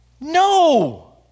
No